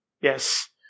Yes